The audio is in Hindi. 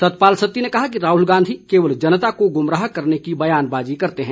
सतपाल सत्ती ने कहा कि राहुल गांधी केवल जनता को गुमराह करने की बयानबाजी करते हैं